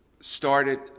started